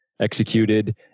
executed